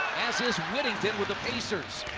as is whittington with the pacers.